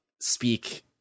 speak